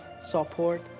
support